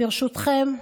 ברשותכם,